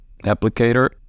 applicator